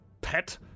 pet